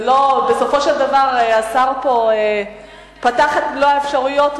בסופו של דבר השר פתח את מלוא האפשרויות.